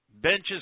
benches